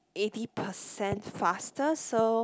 eighty percent faster so